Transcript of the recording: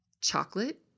chocolate